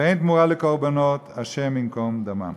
ואין תמורה לקורבנות, השם ייקום דמם.